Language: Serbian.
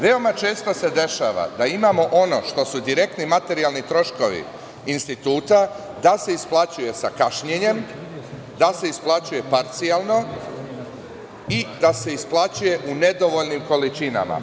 Veoma često se dešava da imamo ono što su direktni materijalni troškovi instituta, da se isplaćuje sa kašnjenjem, da se isplaćuje parcijalno i da se isplaćuje u nedovoljnim količinama.